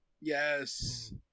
yes